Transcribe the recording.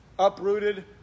uprooted